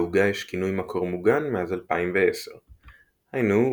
לעוגה יש כינוי מקור מוגן מאז 2010. היינו,